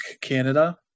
Canada